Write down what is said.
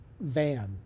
van